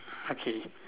okay